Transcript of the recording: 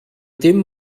dim